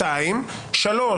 שלב שלישי,